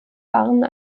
waren